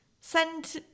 send